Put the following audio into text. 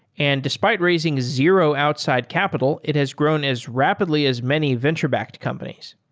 and despite raising zero outside capital, it has grown as rapidly as many venture-backed companies.